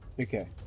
Okay